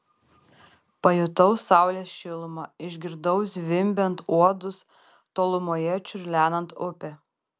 pajutau saulės šilumą išgirdau zvimbiant uodus tolumoje čiurlenant upę